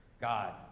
God